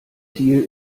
deal